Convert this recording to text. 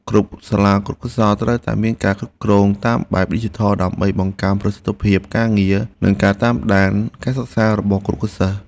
គ្រប់សាលាគរុកោសល្យត្រូវមានការគ្រប់គ្រងតាមបែបឌីជីថលដើម្បីបង្កើនប្រសិទ្ធភាពការងារនិងការតាមដានការសិក្សារបស់គរុសិស្ស។